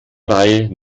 reihe